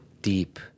deep